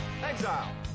exile